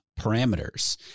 parameters